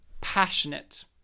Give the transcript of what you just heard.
passionate